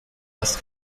heißt